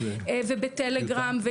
בטלגרם,